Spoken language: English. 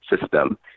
system